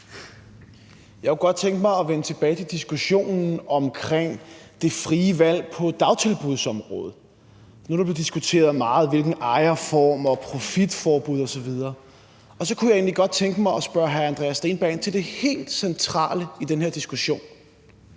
Jeg kunne godt tænke mig at vende tilbage til diskussionen om det frie valg på dagtilbudsområdet. Nu er der blevet diskuteret meget om ejerform, profitforbud osv., og så kunne jeg egentlig godt tænke mig at spørge hr. Andreas Steenberg om det helt centrale i den her diskussion: